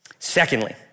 Secondly